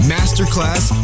Masterclass